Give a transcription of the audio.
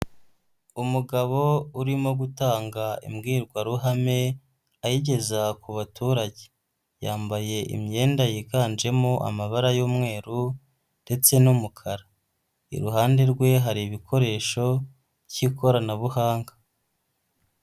Umugabo urimo gutanga imbwirwaruhame, ayigeza ku baturage. Yambaye imyenda yiganjemo amabara y'umweru ndetse n'umukara. Iruhande rwe hari ibikoresho by'ikoranabuhanga.